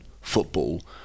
football